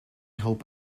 hope